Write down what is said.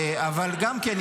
אבל גם כן,